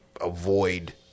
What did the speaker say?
avoid